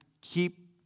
keep